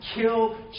kill